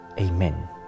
Amen